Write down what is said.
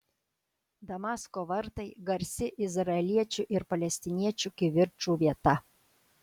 damasko vartai garsi izraeliečių ir palestiniečių kivirčų vieta